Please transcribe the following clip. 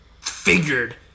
figured